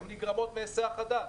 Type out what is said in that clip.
הן נגרמות בהיסח הדעת,